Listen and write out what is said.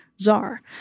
czar